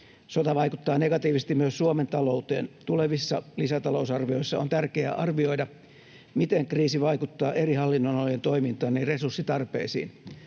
Sota vaikuttaa negatiivisesti myös Suomen talouteen. Tulevissa lisätalousarvioissa on tärkeää arvioida, miten kriisi vaikuttaa eri hallinnonalojen toimintaan ja resurssitarpeisiin.